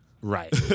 right